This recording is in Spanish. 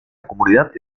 comunidad